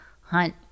hunt